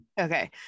Okay